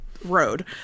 road